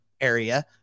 area